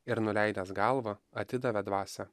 ir nuleidęs galvą atidavė dvasią